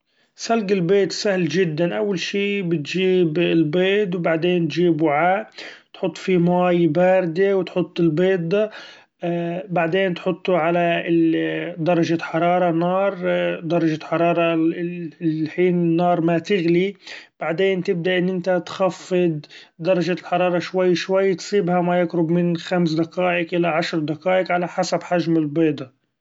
سلق البيض سهل چدا أول شي بتچيب البيض، بعدين بتچيب وعاء تحط فيه مأي باردة وتحط البيض ،‹ hesitate › بعدين تحطه علي ال- درچة حرارة نار درچة حرارة ال- الحين النار ما تغلي ،بعدين تبدأ إن إنت تخفض درجة الحرارة شوي شوي تسيبها ما يقرب من خمس دقائق الى عشر دقائق على حسب حچم البيضة.